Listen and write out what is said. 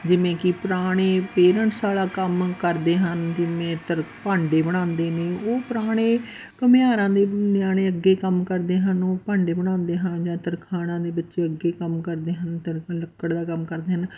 ਜਿਵੇਂ ਕਿ ਪੁਰਾਣੇ ਪੇਰੈਂਟਸ ਵਾਲਾ ਕੰਮ ਕਰਦੇ ਹਨ ਜਿਵੇਂ ਤਰ ਭਾਂਡੇ ਬਣਾਉਂਦੇ ਨੇ ਉਹ ਪੁਰਾਣੇ ਘੁੰਮਿਆਰਾਂ ਦੇ ਨਿਆਣੇ ਅੱਗੇ ਕੰਮ ਕਰਦੇ ਹਨ ਉਹ ਭਾਂਡੇ ਬਣਾਉਂਦੇ ਹਨ ਜਾਂ ਤਰਖਾਣਾਂ ਦੇ ਬੱਚੇ ਅੱਗੇ ਕੰਮ ਕਰਦੇ ਹਨ ਲੱਕੜ ਦਾ ਕੰਮ ਕਰਦੇ ਹਨ